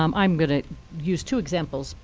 um i'm going to use two examples.